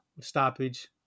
stoppage